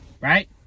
right